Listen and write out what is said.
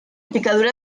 picadura